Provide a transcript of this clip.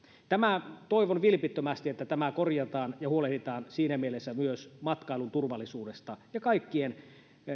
liikkuu siellä toivon vilpittömästi että tämä korjataan ja huolehditaan siinä mielessä myös matkailun turvallisuudesta ja kaikkien